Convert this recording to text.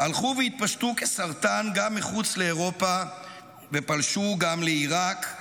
הלכו והתפשטו כסרטן גם מחוץ לאירופה ופלשו גם לעיראק,